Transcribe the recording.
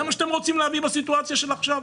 זה מה שאתם רוצים להביא בסיטואציה של עכשיו?